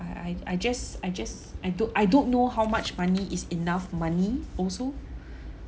I I I just I just I don't I don't know how much money is enough money also